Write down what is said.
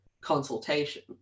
consultation